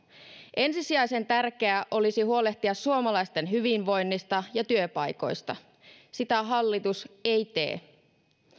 ensisijaisen tärkeää olisi huolehtia suomalaisten hyvinvoinnista ja työpaikoista sitä hallitus ei tee